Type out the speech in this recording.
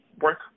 work